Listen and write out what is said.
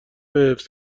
حفظ